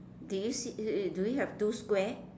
did you see d~ do you have two square